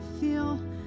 feel